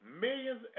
Millions